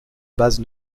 base